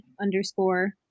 underscore